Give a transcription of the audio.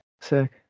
Sick